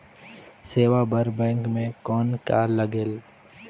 सेवा बर बैंक मे कौन का लगेल?